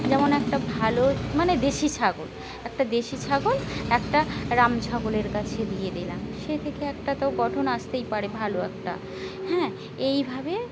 যেমন একটা ভালো মানে দেশি ছাগল একটা দেশি ছাগল একটা রাম ছাগলের কাছে দিয়ে দিলাম সে থেকে একটা তো গঠন আসতেই পারে ভালো একটা হ্যাঁ এইভাবে